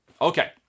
Okay